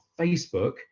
Facebook